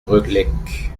relecq